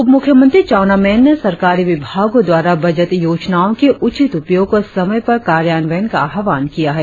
उपमुख्यमंत्री चाउना मेन ने सरकारी विभागों द्वारा बजट योजनाओं के उचित उपयोग और समय पर कार्यान्वयन का आह्वान किया है